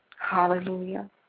Hallelujah